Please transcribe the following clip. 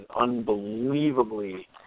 unbelievably